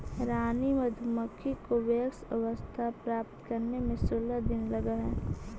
रानी मधुमक्खी को वयस्क अवस्था प्राप्त करने में सोलह दिन लगह हई